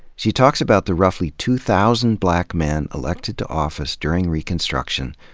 she talks about the roughly two thousand black men elected to office during reconstruction,